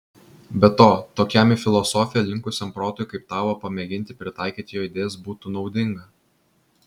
be to tokiam į filosofiją linkusiam protui kaip tavo pamėginti pritaikyti jo idėjas būtų naudinga